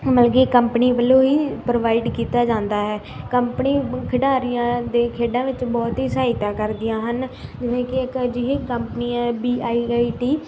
ਮਤਲਬ ਕਿ ਕੰਪਨੀ ਵਲੋਂ ਹੀ ਪ੍ਰਵਾਇਡ ਕੀਤਾ ਜਾਂਦਾ ਹੈ ਕੰਪਨੀ ਖਿਡਾਰੀਆਂ ਦੇ ਖੇਡਾਂ ਵਿੱਚ ਬਹੁਤ ਹੀ ਸਹਾਇਤਾ ਕਰਦੀਆਂ ਹਨ ਜਿਵੇਂ ਕਿ ਇੱਕ ਅਜਿਹੀ ਕੰਪਨੀ ਹੈ ਬੀ ਆਈ ਆਈ ਟੀ